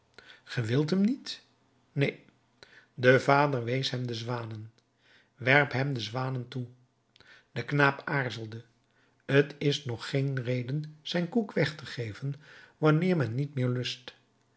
wilt hem niet neen de vader wees hem de zwanen werp hem den zwanen toe de knaap aarzelde t is nog geen reden zijn koek weg te geven wanneer men niet meer lust